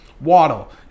Waddle